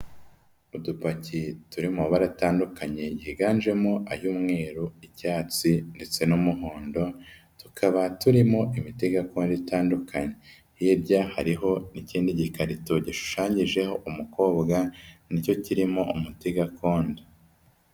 Udupaki turi mu mabara atandukanye yiganjemo ay'umweru, ibyatsi ndetse n'umuhondo, tukaba turimo imiti gakondo itandukanye. Hirya hariho n'ikindi gikarito gishushanyijeho umukobwa, ni cyo kirimo umuti gakondo.